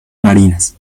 marinas